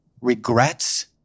regrets